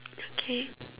okay